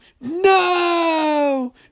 no